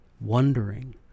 wondering